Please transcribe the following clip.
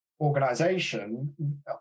organization